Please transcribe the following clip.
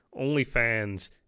OnlyFans